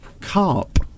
Carp